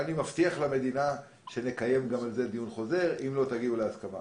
אני מבטיח למדינה שנקיים גם על זה דיון חוזר אם לא תגיעו להסכמה.